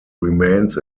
remains